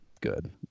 good